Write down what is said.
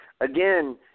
again